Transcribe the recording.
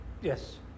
yes